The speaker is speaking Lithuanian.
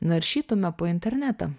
naršytume po internetą